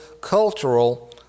cultural